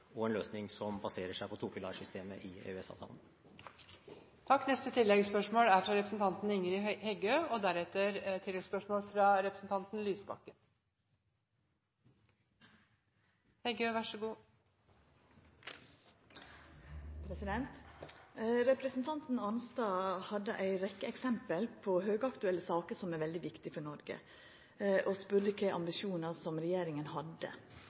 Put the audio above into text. og våre EFTA-/EØS-partnere, en løsning som er innenfor Grunnloven, og en løsning som baserer seg på topilarsystemet i EØS-avtalen. Ingrid Heggø – til oppfølgingsspørsmål. Representanten Arnstad hadde ei rekkje eksempel på høgaktuelle saker som er veldig viktige for Noreg, og spurde kva ambisjonar regjeringa hadde.